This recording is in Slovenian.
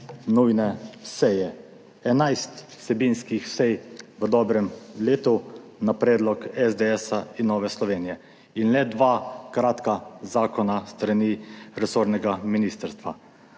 seje. 11 vsebinskih sej v dobrem letu na predlog SDS in Nove Slovenije in le dva kratka zakona s strani resornega ministrstva.